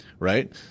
right